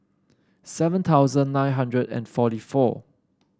seven thousand nine hundred and forty four